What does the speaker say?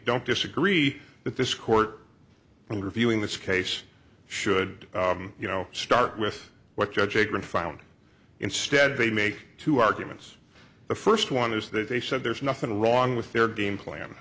don't disagree that this court reviewing this case should you know start with what judge aikman found instead they make two arguments the first one is that they said there's nothing wrong with their game